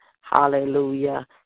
hallelujah